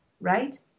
right